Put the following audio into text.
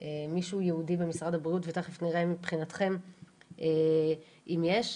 מישהו ייעודי במשרד הבריאות ותיכף נראה מבחינתכם אם יש.